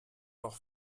doch